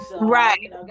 Right